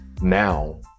now